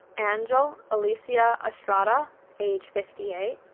and angel alicea-estrada age fifty eight,